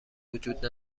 وجود